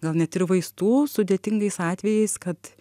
gal net ir vaistų sudėtingais atvejais kad